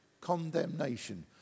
Condemnation